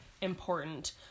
important